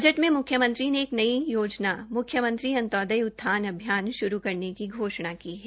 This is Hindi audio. बजट में म्ख्यमंत्री ने एक नई योजना म्ख्यमंत्री अंत्योदय उत्थान अभियान श्रू करने की घोषणा की है